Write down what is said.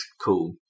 cool